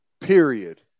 period